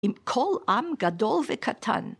עם כל עם גדול וקטן.